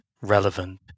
relevant